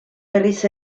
berriz